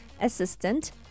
assistant